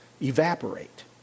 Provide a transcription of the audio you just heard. evaporate